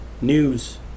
News